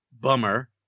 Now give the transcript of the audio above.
bummer